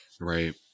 Right